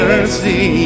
Mercy